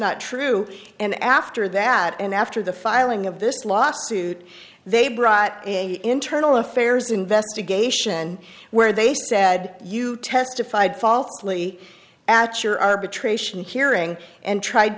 not true and after that and after the filing of this lawsuit they brought an internal affairs investigation where they said you testified falsely at your arbitration hearing and tried